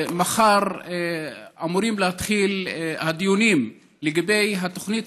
מחר אמורים להתחיל הדיונים לגבי התוכנית